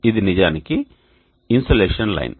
ఇది నిజానికి insolation line